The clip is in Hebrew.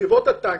חטיבות הטנקים,